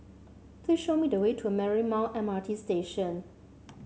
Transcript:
please show me the way to Marymount M R T Station